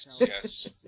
yes